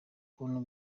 ukuntu